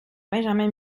benjamin